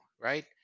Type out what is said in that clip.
right